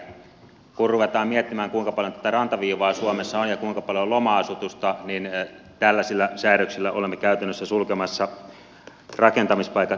kun ruvetaan miettimään kuinka paljon tätä rantaviivaa suomessa on ja kuinka paljon loma asutusta niin tällaisilla säädöksillä olemme käytännössä sulkemassa rakentamispaikat erittäin vähiin